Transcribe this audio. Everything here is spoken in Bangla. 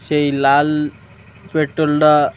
সেই লাল পেট্রোলটা